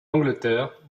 angleterre